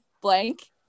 blank